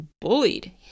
bullied